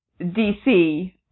DC